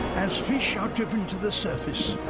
as fish are driven to the surface,